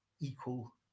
equal